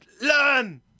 learn